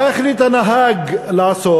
מה החליט הנהג לעשות?